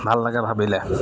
ভাল লাগে ভাবিলে